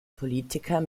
politiker